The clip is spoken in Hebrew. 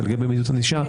לגבי מדיניות ענישה,